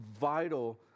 vital